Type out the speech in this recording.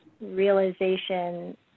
realization